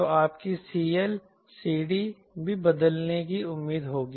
तो आपकी CL CD भी बदलने की उम्मीद होगी